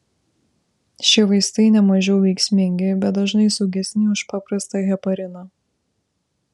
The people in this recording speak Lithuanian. šie vaistai nemažiau veiksmingi bet dažnai saugesni už paprastą hepariną